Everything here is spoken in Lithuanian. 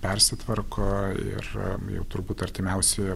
persitvarko ir jau turbūt artimiausioje